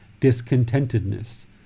discontentedness